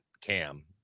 cam